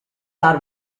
are